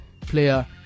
player